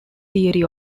theory